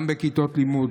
גם בכיתות לימוד,